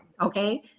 okay